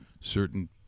certain